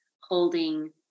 holding